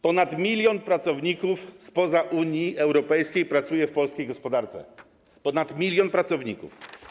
Ponad 1 mln pracowników spoza Unii Europejskiej pracuje w polskiej gospodarce, ponad 1 mln pracowników.